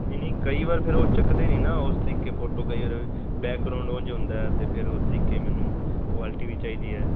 ਨਹੀਂ ਨਹੀਂ ਕਈ ਵਾਰ ਫਿਰ ਉਹ ਚੱਕਦੇ ਨਹੀਂ ਨਾ ਉਸ ਤਰੀਕੇ ਫੋਟੋ ਕਈ ਵਾਰ ਬੈਕਗਰਾਊਡ ਉਂਝ ਹੁੰਦਾ ਤੇ ਫਿਰ ਉਸ ਤਰੀਕੇ ਮੈਨੂੰ ਕੁਆਲਿਟੀ ਵੀ ਚਾਹੀਦੀ ਹੈ